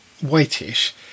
whitish